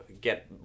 get